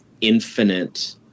infinite